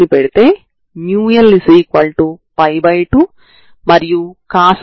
ఇప్పుడు నేను 0నుండి 0వరకు సమాకలనం చేస్తే మీ ఎంత